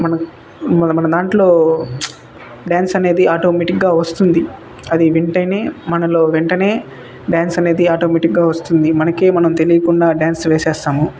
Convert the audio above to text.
మన మన మన దాంట్లో డ్యాన్స్ అనేది ఆటోమెటిక్గా వస్తుంది అది వింటేనే మనలో వెంటనే డ్యాన్స్ అనేది ఆటోమెటిక్గా వస్తుంది మనకే మనం తెలియకుండా డ్యాన్స్ వేసేస్తాము